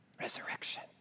resurrection